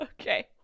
okay